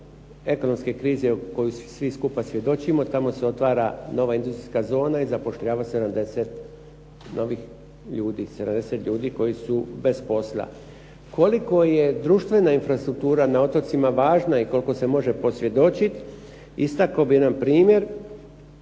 ekonomske krize koju svi skupa svjedočimo tamo se otvara nova industrijska zona i zapošljava 70 novih ljudi, 70 ljudi koji su bez posla. Koliko je društvena infrastruktura na otocima važna i koliko se može posvjedočiti istakao bih jedan primjer